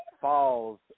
falls